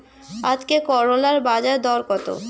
আজকে করলার বাজারদর কত?